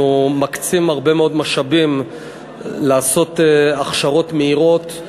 אנחנו מקצים הרבה מאוד משאבים להכשרות מהירות,